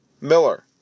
Miller